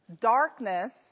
Darkness